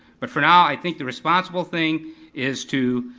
but for now i think the responsible thing is to